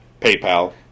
PayPal